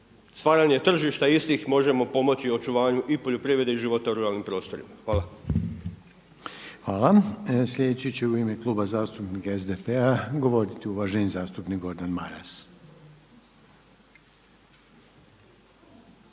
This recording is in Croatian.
stvaranje tržišta istih možemo pomoći očuvanju i poljoprivrede i života u ruralnim prostorima. Hvala. **Reiner, Željko (HDZ)** Hvala. Sljedeći će u ime Kluba zastupnika SDP-a govoriti uvaženi zastupnik Gordan Maras.